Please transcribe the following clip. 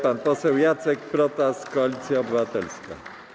Pan poseł Jacek Protas, Koalicja Obywatelska.